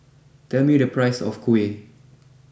tell me the price of Kuih